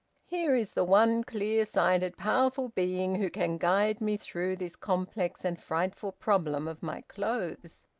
here is the one clear-sighted, powerful being who can guide me through this complex and frightful problem of my clothes.